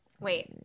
wait